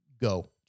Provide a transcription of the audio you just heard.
go